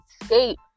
escape